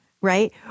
right